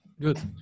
Good